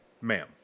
ma'am